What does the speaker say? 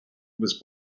was